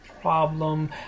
problem